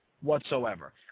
whatsoever